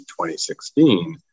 2016